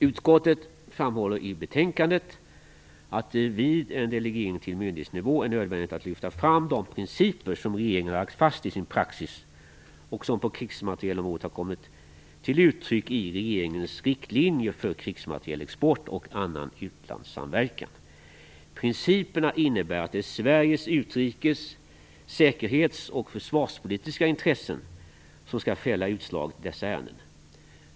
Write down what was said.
Utskottet framhåller i betänkandet att det vid en delegering till myndighetsnivå är nödvändigt att lyfta fram de principer som regeringen har lagt fast i sin praxis, och som på krigsmaterielområdet har kommit till uttryck i regeringens riktlinjer för krigsmaterielexport och annan utlandssamverkan. Principerna innebär att det är Sveriges utrikes-, säkerhets och försvarspolitiska intressen som skall fälla utslaget i dessa ärenden.